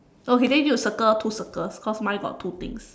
okay then you need to circle two circles because mine got two things